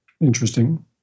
Interesting